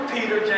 Peter